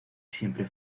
siempre